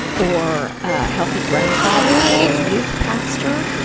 or a healthy grandfather, or a youth pastor,